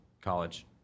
college